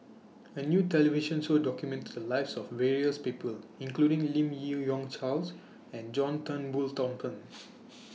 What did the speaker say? A New television Show documented The Lives of various People including Lim Yi Yong Charles and John Turnbull Thomson